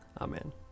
Amen